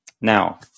Now